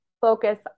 focus